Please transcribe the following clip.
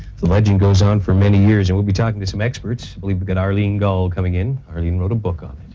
the legend goes on for many years, and we will be talking to some experts. we've got arlene gull coming in. arlene wrote a book on